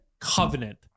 covenant